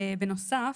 בנוסף,